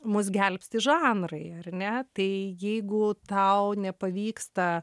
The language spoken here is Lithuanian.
mus gelbsti žanrai ar ne tai jeigu tau nepavyksta